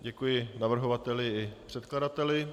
Děkuji navrhovateli i předkladateli.